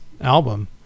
album